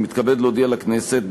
אני מתכבד להודיע לכנסת,